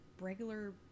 regular